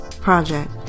Project